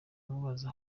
amubaza